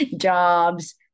jobs